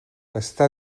està